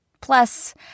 Plus